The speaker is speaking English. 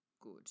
good